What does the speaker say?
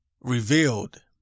revealed